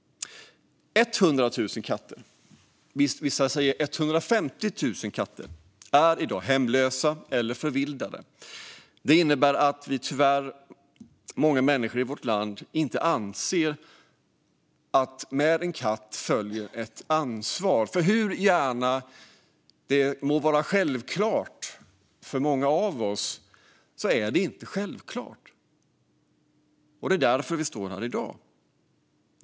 100 000 katter - vissa säger 150 000 katter - är i dag hemlösa eller förvildade. Det innebär tyvärr att många människor i vårt land inte anser att det med en katt följer ett ansvar. Hur självklart det än må vara för många av oss är det inte självklart. Det är därför vi står här i dag.